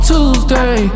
Tuesday